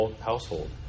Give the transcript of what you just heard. household